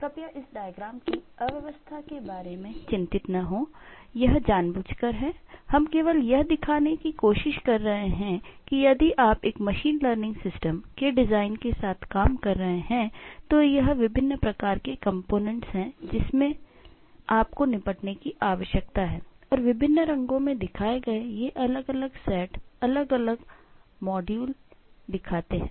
कृपया इस डायग्राम हैं जिनसे आपको निपटने की आवश्यकता है और विभिन्न रंगों में दिखाए गए ये अलग अलग सेट अलग अलग मॉड्यूल दिखाते हैं